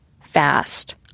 fast